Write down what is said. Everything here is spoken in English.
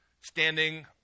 standing